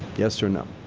yes or no.